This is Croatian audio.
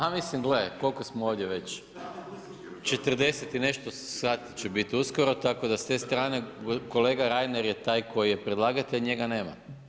A mislim gle koliko smo ovdje već 40 i nešto sati će biti uskoro tako da, s te strane kolega Reiner je taj koji je predlagatelj njega nema.